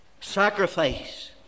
Sacrifice